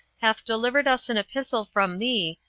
hath delivered us an epistle from thee,